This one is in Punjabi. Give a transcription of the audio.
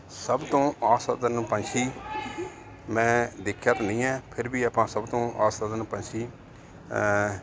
ਸਭ ਤੋਂ ਆਸਧਰਨ ਪੰਛੀ ਮੈਂ ਦੇਖਿਆ ਤਾਂ ਨਹੀਂ ਹੈ ਫਿਰ ਵੀ ਆਪਾਂ ਸਭ ਤੋਂ ਆਸਾਧਨ ਪੰਛੀ